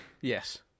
Yes